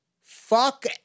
fuck